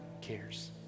cares